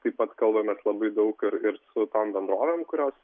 taip pat kalbamės labai daug ir ir su tom bendrovėm kurios